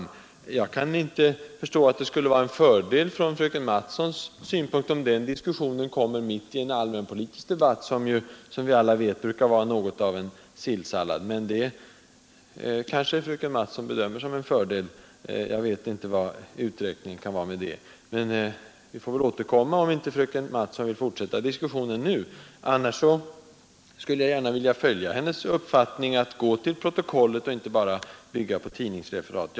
Jag kan inte förstå att det skulle vara en fördel från fröken Mattsons synpunkt om den diskussionen kom under en allmänpolitisk debatt, vilken ju som vi alla vet brukar vara något av en sillsallad. Kanske bedömer fröken Mattson det som en fördel; jag vet inte vad uträkningen kan vara med det. Vi får väl återkomma, om inte fröken Mattson vill fortsätta diskussionen nu. Annars skulle jag gärna vilja följa hennes uppmaning att gå till protokollet och inte bara bygga på tidningsreferat.